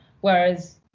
Whereas